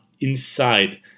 inside